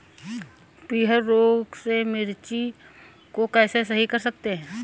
पीहर रोग से मिर्ची को कैसे सही कर सकते हैं?